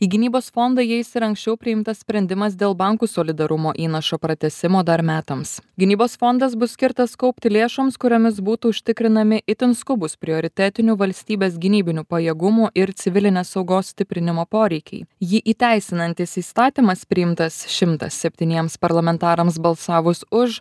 į gynybos fondą jais ir anksčiau priimtas sprendimas dėl bankų solidarumo įnašo pratęsimo dar metams gynybos fondas bus skirtas kaupti lėšoms kuriomis būtų užtikrinami itin skubūs prioritetinių valstybės gynybinių pajėgumų ir civilinės saugos stiprinimo poreikiai jį įteisinantis įstatymas priimtas šimtas septyniems parlamentarams balsavus už